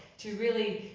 to really,